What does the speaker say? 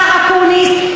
השר אקוניס,